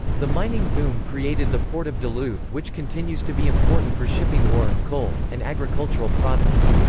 the mining boom created the port of duluth which continues to be important for shipping ore, coal, and agricultural products.